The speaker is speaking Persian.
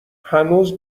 هنوز